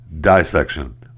dissection